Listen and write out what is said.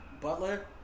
Butler